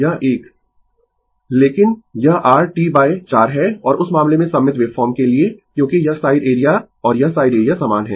लेकिन यह r T 4 है और उस मामले में सममित वेवफॉर्म के लिए क्योंकि यह साइड एरिया और यह साइड एरिया समान है